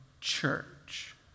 church